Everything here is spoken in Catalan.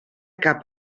cap